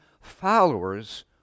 followers